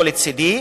או לצדי,